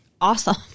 awesome